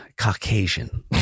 Caucasian